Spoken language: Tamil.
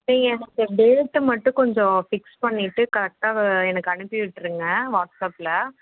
நீங்கள் எனக்கு டேட்டை மட்டும் கொஞ்சம் ஃபிக்ஸ் பண்ணிட்டு கரெட்டாக எனக்கு அனுப்பி விட்டுருங்க வாட்ஸ் அப்பில்